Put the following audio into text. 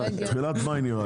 נראה לי שבתחילת מאי.